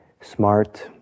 smart